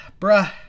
bruh